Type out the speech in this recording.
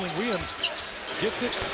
williams gets it.